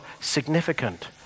significant